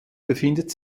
befindet